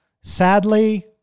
sadly